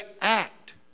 act